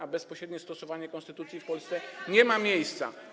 a bezpośrednie stosowanie konstytucji w Polsce nie ma miejsca.